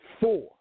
Four